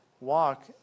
walk